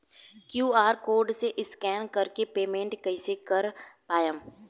QR code से scan कर के पेमेंट कइसे कर पाएम?